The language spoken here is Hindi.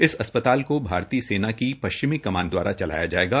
इस अस्पताल को भारतीय सेना की पश्चिमी कमान दवारा चलाया जायेगा